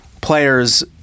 players